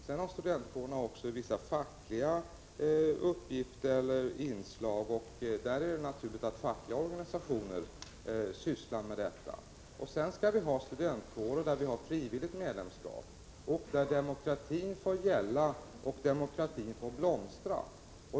Vidare har studentkårerna också vissa fackliga uppgifter, och det är naturligt att fackliga organisationer sysslar med dem. Sedan skall vi ha studentkårer med frivilligt medlemskap, där demokratin får gälla och blomstra.